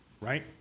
right